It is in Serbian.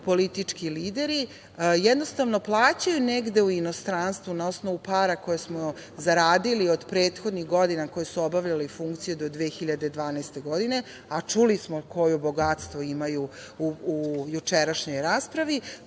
„politički lideri“, jednostavno plaćaju negde u inostranstvu na osnovu para koje smo zaradili od prethodnih godina koji su obavljali funkciju do 2012. godine, a čuli smo koje bogatstvo imaju u jučerašnjoj raspravi,